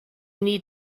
need